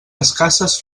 escasses